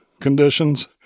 conditions